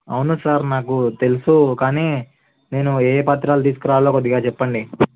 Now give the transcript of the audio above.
అవును సార్ నాకు తెలుసు కానీ నేను ఏ పత్రాలు తీసుకురావాలో కొద్దిగా చెప్పండి